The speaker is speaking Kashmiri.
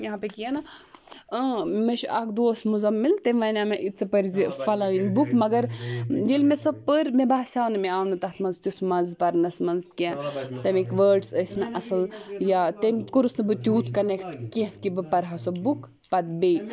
یہاں پے کیا نا اۭں مےٚ چھُ اَکھ دوس مُزمِل تٔمۍ وَنیو مےٚ یہِ ژٕ پٔرۍزِ پھَلٲنۍ بُک مگر ییٚلہِ مےٚ سۄ پٔر مےٚ باسیو نہٕ مےٚ آو نہٕ تَتھ منٛز تیُتھ مَزٕ پَرنَس منٛز کیٚنٛہہ تَمِکۍ وٲڈٕس ٲسۍ نہٕ اَصٕل یا تٔمۍ کوٚرُس نہٕ بہٕ تیوٗت کَنٮ۪کٹ کیٚنٛہہ کہِ پَرہا سۄ بُک پَتہٕ بیٚیہِ